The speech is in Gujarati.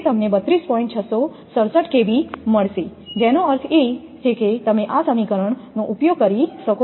677 મળશે જેનો અર્થ એ છે કે તમે આ સમીકરણ ઉપયોગ કરી શકો છો